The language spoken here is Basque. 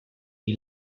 hil